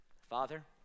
Father